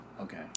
okay